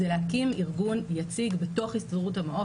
זה להקים ארגון יציג בתוך הסתדרות המעו"ף.